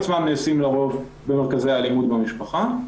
הטיפולים עצמם נעשים לרוב במרכזי אלימות במשפחה.